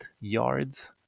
yards